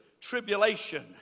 tribulation